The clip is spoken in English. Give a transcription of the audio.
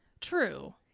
True